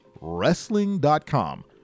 Wrestling.com